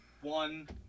one